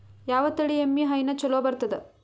ಯಾವ ತಳಿ ಎಮ್ಮಿ ಹೈನ ಚಲೋ ಬರ್ತದ?